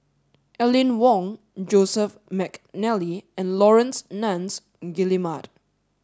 Aline Wong Joseph Mcnally and Laurence Nunns Guillemard